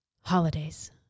Holidays